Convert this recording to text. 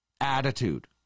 attitude